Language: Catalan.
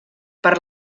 per